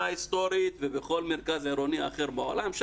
ההיסטורית ובכל מרכז עירוני אחר בעולם,